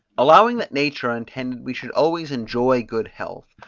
allowing that nature intended we should always enjoy good health,